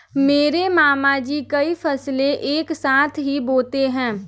मेरे मामा जी कई फसलें एक साथ ही बोते है